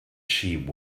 sheep